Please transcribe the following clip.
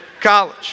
college